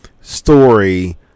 story